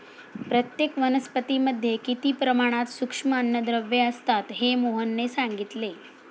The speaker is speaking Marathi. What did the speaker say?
प्रत्येक वनस्पतीमध्ये किती प्रमाणात सूक्ष्म अन्नद्रव्ये असतात हे मोहनने सांगितले